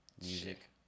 music